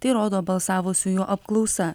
tai rodo balsavusiųjų apklausa